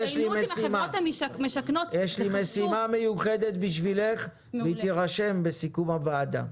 יש לי משימה מיוחדת בשבילך והיא תירשם בסיכום הישיבה.